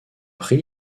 prix